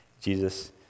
Jesus